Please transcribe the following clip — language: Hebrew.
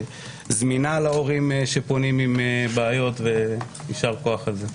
זמינה להורים שפונים עם בעיות ויישר-כוח על כך.